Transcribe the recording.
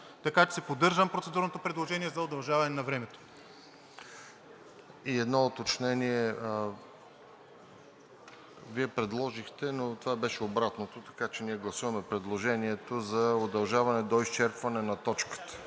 Така че си поддържам процедурното предложение за удължаване на времето. ПРЕДСЕДАТЕЛ РОСЕН ЖЕЛЯЗКОВ: И едно уточнение – Вие предложихте, но това беше обратното. Така че ние гласуваме предложението за удължаване до изчерпване на точката